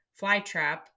flytrap